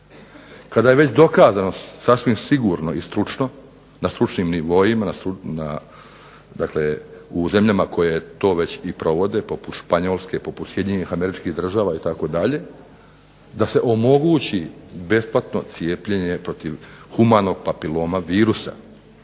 kada je već dokazano sasvim sigurno i stručno na stručnim nivoima, u zemljama koje to već i provode poput Španjolske, poput SAD itd. da se omogući besplatno cijepljenje protiv Humanog papiloma virusa.